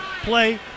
play